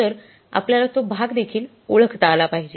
तरआपणाला तो भाग देखील ओळखता आला पाहिजे